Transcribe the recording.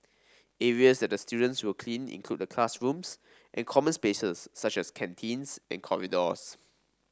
areas that the students will clean include the classrooms and common spaces such as canteens and corridors